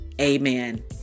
amen